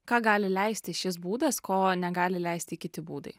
ką gali leisti šis būdas ko negali leisti kiti būdai